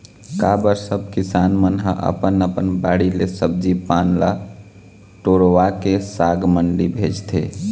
का बर सब किसान मन ह अपन अपन बाड़ी ले सब्जी पान ल टोरवाके साग मंडी भेजथे